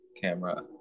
camera